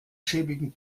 schäbigen